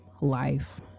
life